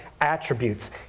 attributes